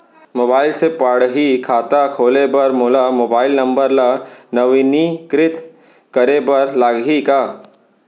Mobile से पड़ही खाता खोले बर मोला मोबाइल नंबर ल नवीनीकृत करे बर लागही का?